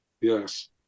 Yes